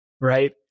right